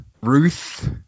Ruth